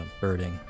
birding